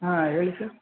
ಹಾಂ ಹೇಳಿ ಸರ್